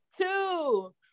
two